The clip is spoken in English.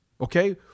Okay